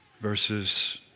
verses